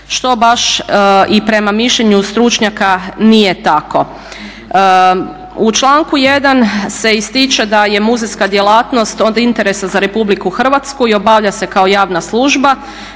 što baš i prema mišljenju stručnjaka nije tako. U članku 1.se ističe da je muzejska djelatnost od interesa za RH i obavlja se kao javna služba